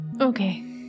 Okay